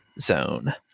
zone